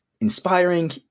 inspiring